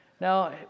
Now